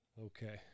Okay